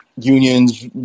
unions